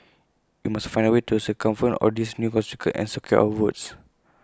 we must find A way to circumvent all these new obstacles and secure our votes